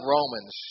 Romans